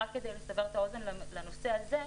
רק כדי לסבר את האוזן לנושא הזה,